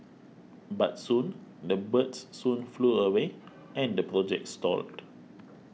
but soon the birds soon flew away and the project stalled